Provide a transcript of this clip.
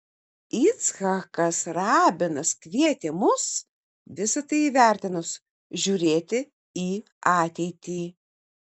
icchakas rabinas kvietė mus visa tai įvertinus žiūrėti į ateitį